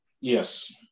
Yes